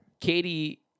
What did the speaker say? Katie